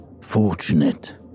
fortunate